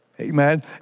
Amen